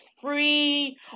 free